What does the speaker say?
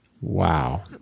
Wow